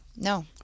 No